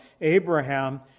Abraham